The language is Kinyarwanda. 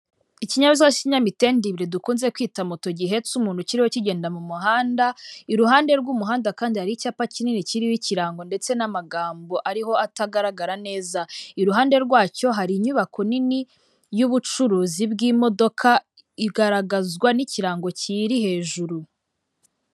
Ikinyabiziga cy'ikinyamitende ibiri dukunze kwita moto gihetse umuntu kiriho kigenda mu muhanda, iruhande rw'umuhanda kandi hari icyapa kinini kiriho ikirango ndetse n'amagambo ariho atagaragara neza. Iruhande rwacyo hari inyubako nini y'ubucuruzi bw'imodoka, igaragazwa n'ikirango kiri hejuru.